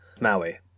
Maui